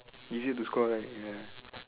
easier to score right ya